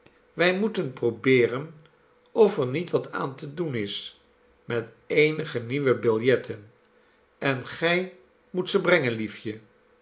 wij moeten probeeren of er niet wat aan te doen is met eenige nieuwe biljetten en gij moet ze brengen liefje